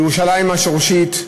ירושלים השורשית,